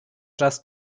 just